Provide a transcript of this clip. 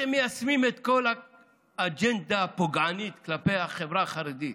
אתם מיישמים את כל האג'נדה הפוגענית כלפי החברה החרדית.